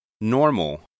Normal